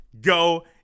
go